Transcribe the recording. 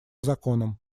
законом